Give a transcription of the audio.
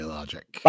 Logic